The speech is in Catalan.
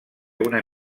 una